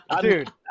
Dude